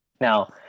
Now